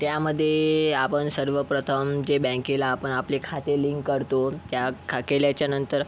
त्यामधे आपण सर्वप्रथम जे बँकेला आपण आपले खाते लिंक करतो त्या खा केल्याच्यानंतर